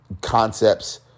concepts